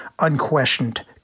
unquestioned